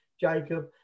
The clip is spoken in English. Jacob